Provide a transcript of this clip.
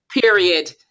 Period